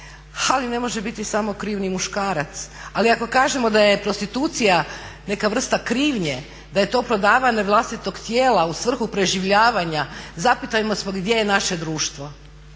a ne može biti samo kriv ni muškarac. Ali ako kažemo da je prostitucija neka vrsta krivnje, da je to prodavanje vlastitog tijela u svrhu preživljavanja, zapitajmo se gdje je naše društvo,